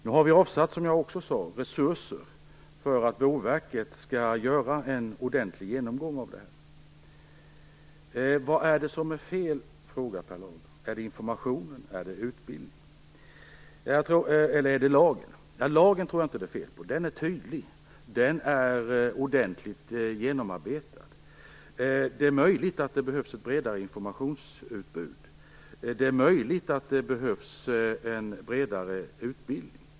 Som jag också sade i mitt svar har det nu också avsatts resurser för att Boverket skall göra en ordentlig genomgång. Per Lager frågade: Vad är det som är fel? Är det informationen eller utbildningen? Eller är det lagen? Lagen är det nog inget fel på. Den är tydlig och ordentligt genomarbetad. Det är möjligt att det behövs ett bredare informationsutbud och en bredare utbildning.